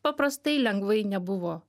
paprastai lengvai nebuvo